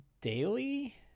daily